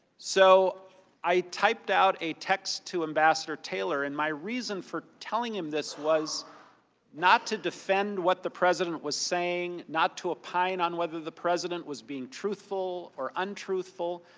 so i typed out a text to ambassador taylor and my reason for telling him this was not to defend what the president was saying. not to opine on whether the president was being truthful or untruthful.